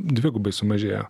dvigubai sumažėjo